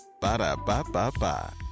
Ba-da-ba-ba-ba